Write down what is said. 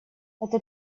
это